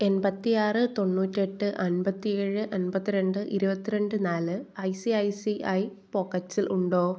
എൺപത്തിയാറ് തൊണ്ണൂറ്റിയെട്ട് അൻപത്തിയേഴ് അൻപത്തിരണ്ട് ഇരുപത്തിരണ്ട് നാല് I C I C I പോക്കറ്റ്സിൽ ഉണ്ടോ